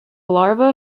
larvae